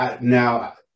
Now